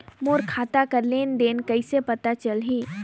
मोर खाता कर लेन देन कइसे पता चलही?